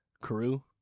crew